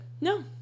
No